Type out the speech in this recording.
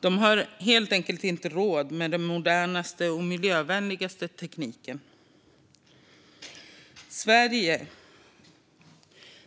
De har helt enkelt inte råd med den modernaste och miljövänligaste tekniken.